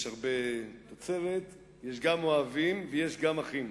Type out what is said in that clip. יש הרבה תוצרת, יש גם אוהבים ויש גם אחים,